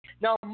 Now